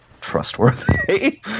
trustworthy